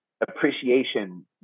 appreciation